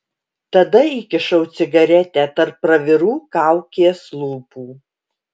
tada įkišau cigaretę tarp pravirų kaukės lūpų